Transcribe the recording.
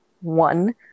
one